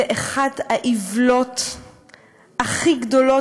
זאת אחת האיוולות הכי גדולות,